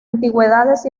antigüedades